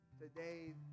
today